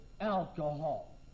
alcohol